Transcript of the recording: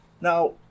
Now